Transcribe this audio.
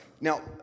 now